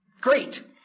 Great